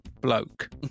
bloke